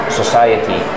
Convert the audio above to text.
society